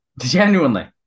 Genuinely